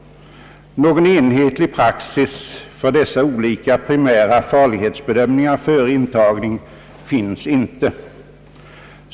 Någon enhetlig praxis för dessa olika primära farlighetsbedömningar före intagning finns inte.